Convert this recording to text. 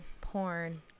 porn